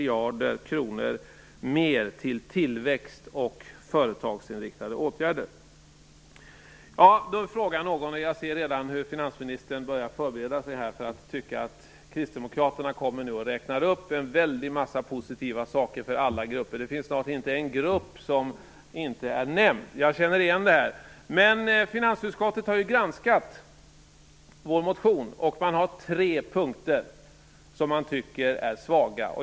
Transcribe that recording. Jag ser redan hur finansministern börjar förbereda sig för att tycka att kristdemokraterna räknar upp en väldig massa positiva saker för alla grupper - det finns snart inte en grupp som inte är nämnd. Jag känner igen det där. Men finansutskottet har ju granskat vår motion, och man har tre punkter som man tycker är svaga.